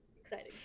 exciting